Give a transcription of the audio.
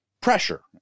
Pressure